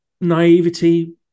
naivety